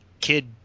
kid